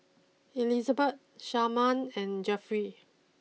Elizabet Sharman and Jeffrey